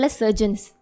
surgeons